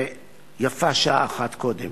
ויפה שעה אחת קודם.